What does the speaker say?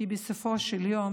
כי בסופו של יום,